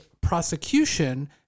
prosecution